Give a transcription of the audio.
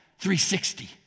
360